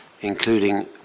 including